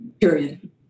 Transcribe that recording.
period